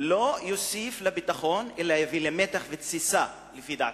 לא יוסיף לביטחון אלא יביא למתח ולתסיסה לפי דעתי.